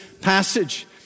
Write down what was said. passage